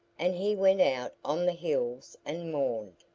and he went out on the hills and mourned.